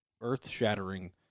earth-shattering